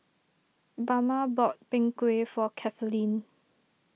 Bama bought Png Kueh for Kathaleen